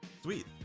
Sweet